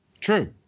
True